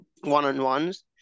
one-on-ones